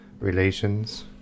relations